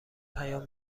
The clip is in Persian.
پیام